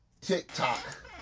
TikTok